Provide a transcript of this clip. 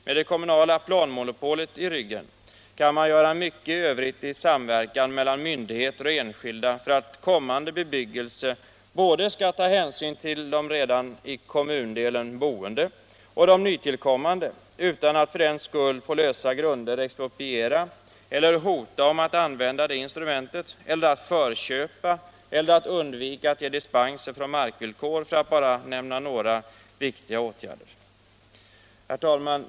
Med det kommunala planmonopolet i ryggen kan man göra mycket övrigt i samverkan mellan myndigheter och enskilda för att kommande bebyggelse skall ta hänsyn till både de redan i kommundelen boende och de nytillkommande utan att man för den skull på lösa grunder exproprierar eller hotar att använda det instrumentet, eller att förköpa, eller att undvika dispenser från markvillkor —- för att här bara nämna några viktiga åtgärder. Herr talman!